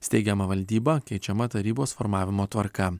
steigiama valdyba keičiama tarybos formavimo tvarka